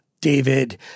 David